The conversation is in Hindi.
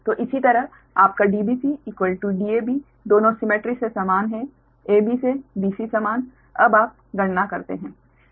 तो इसी तरह आपका dbcdab दोनों सिमेट्री से समान है a b से b c समान अब आप गणना करते हैं